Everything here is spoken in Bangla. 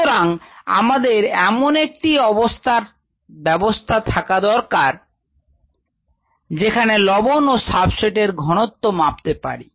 সুতরাং আমাদের এমন একটি ব্যবস্থা থাকা প্রয়োজন যেখানে লবণ ও সাবস্ট্রেট এর ঘনত্ব মারতে পারি